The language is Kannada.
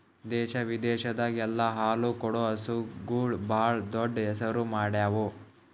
ದೇಶ ವಿದೇಶದಾಗ್ ಎಲ್ಲ ಹಾಲು ಕೊಡೋ ಹಸುಗೂಳ್ ಭಾಳ್ ದೊಡ್ಡ್ ಹೆಸರು ಮಾಡ್ಯಾವು